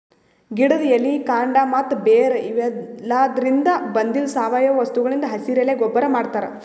ಗಿಡದ್ ಎಲಿ ಕಾಂಡ ಮತ್ತ್ ಬೇರ್ ಇವೆಲಾದ್ರಿನ್ದ ಬಂದಿದ್ ಸಾವಯವ ವಸ್ತುಗಳಿಂದ್ ಹಸಿರೆಲೆ ಗೊಬ್ಬರ್ ಮಾಡ್ತಾರ್